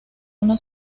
una